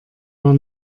war